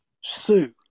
Sue